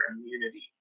immunity